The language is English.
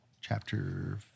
chapter